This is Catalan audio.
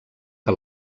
que